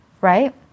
Right